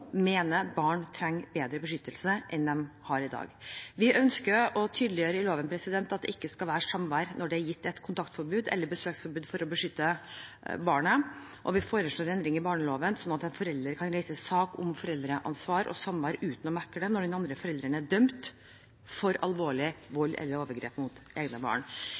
ønsker å tydeliggjøre i loven at det ikke skal være samvær når det er gitt kontaktforbud eller besøksforbud for å beskytte barnet, og vi foreslår en endring i barneloven slik at en forelder kan reise sak om foreldreansvar og samvær uten megling når den andre forelderen er dømt for alvorlig vold eller overgrep mot egne barn.